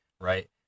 right